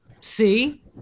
See